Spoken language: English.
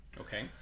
Okay